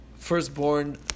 firstborn